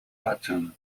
patten